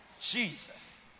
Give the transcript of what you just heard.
Jesus